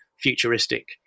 futuristic